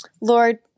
Lord